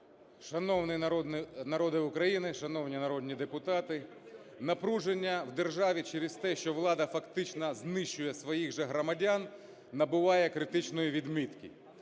Шановний народе України! Шановні народні депутати! Напруження в державі через те, що влада фактично знищує своїх же громадян, набуває критичної відмітки.